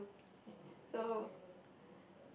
so